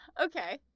Okay